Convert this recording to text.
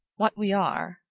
what we are,